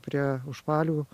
prie užpalių